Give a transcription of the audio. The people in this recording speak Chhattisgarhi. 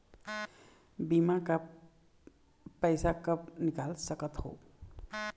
बीमा का पैसा कब निकाल सकत हो?